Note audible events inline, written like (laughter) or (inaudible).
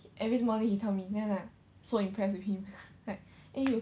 every morning he tell me then like so impressed with him (breath) like eh you